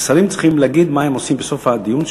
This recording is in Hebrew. לשרים צריכים להגיד מה הם רוצים בסוף הדיון שלהם,